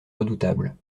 redoutable